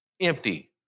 Empty